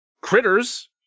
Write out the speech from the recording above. Critters